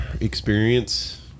experience